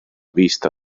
vista